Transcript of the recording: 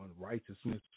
unrighteousness